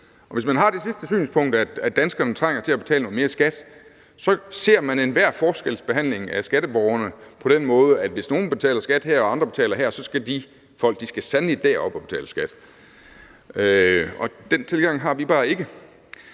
Hvis man har det sidste synspunkt, nemlig at danskerne trænger til at betale noget mere i skat, ser man enhver forskelsbehandling af skatteborgerne på den måde, at hvis nogen betaler skat her og andre betaler der, skal de sandelig op og betale skat på samme niveau. Den tilgang har vi bare ikke.